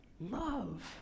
love